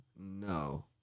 No